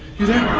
you there?